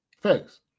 Thanks